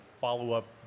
follow-up